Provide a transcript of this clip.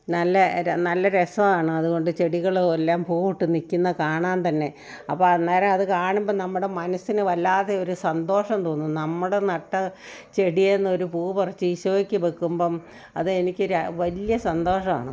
നല്ല ര നല്ല രസമാണ് അത് കൊണ്ട് ചെടികളെല്ലാം പൂവിട്ട് നിൽക്കുന്ന കാണാൻ തന്നെ അപ്പോൾ അന്നേരം അത് കാണുമ്പോൾ നമ്മുടെ മനസ്സിന് വല്ലാതെ ഒരു സന്തോഷം തോന്നും നമ്മുടെ നട്ട ചെടിയേന്ന് ഒരു പൂ പറിച്ച് ഈശോയ്ക്ക് വെക്കുമ്പം അത് എനിക്ക് ര വലിയ സന്തോഷമാണ്